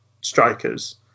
strikers